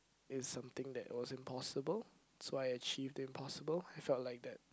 is something that was impossible so I achieved the impossible I felt like that